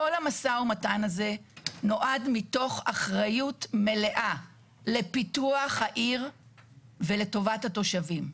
כל המשא ומתן הזה נועד מתוך אחריות מלאה לפיתוח העיר ולטובת התושבים.